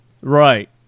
Right